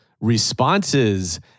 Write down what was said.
responses